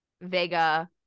Vega